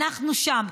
אנחנו שם.